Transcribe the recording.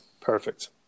perfect